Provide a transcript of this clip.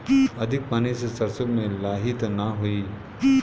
अधिक पानी से सरसो मे लाही त नाही होई?